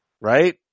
right